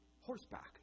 horseback